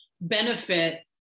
benefit